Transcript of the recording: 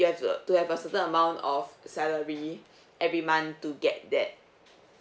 you have to to have a certain amount of salary every month to get that